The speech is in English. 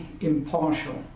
impartial